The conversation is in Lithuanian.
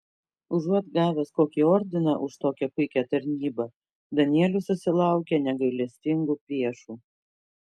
užuot gavęs kokį ordiną už tokią puikią tarnybą danielius susilaukia negailestingų priešų